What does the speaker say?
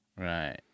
Right